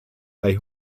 bei